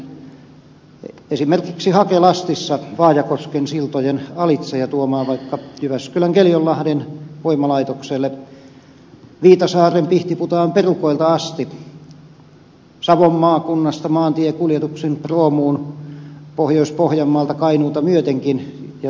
niillä jo mahduttaisiin liikennöimään esimerkiksi hakelastissa vaajakosken siltojen alitse ja tuomaan vaikka jyväskylän keljonlahden voimalaitokselle viitasaaren pihtiputaan perukoilta asti savon maakunnasta maantiekuljetuksin proomuun pohjois pohjanmaalta kainuuta myötenkin ja sitten lastaten proomuun